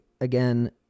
again